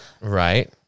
right